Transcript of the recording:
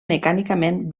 mecànicament